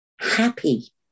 happy